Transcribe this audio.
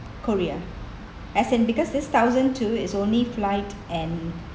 korea as in because this thousand two is only flight and